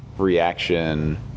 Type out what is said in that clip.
Reaction